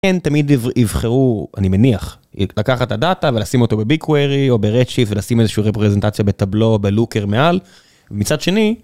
תמיד יבחרו, אני מניח, לקחת את הדאטה ולשים אותו בביגקוורי או ברדשיפט ולשים איזושהי רפרזנטציה בטאבלו או בלוקר מעל ומצד שני.